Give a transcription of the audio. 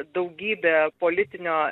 daugybė politinio